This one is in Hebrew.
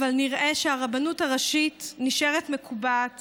אבל נראה שהרבנות הראשית נשארת מקובעת